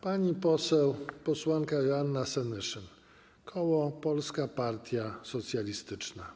Pani posłanka Joanna Senyszyn, koło Polska Partia Socjalistyczna.